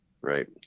right